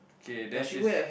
okay then she's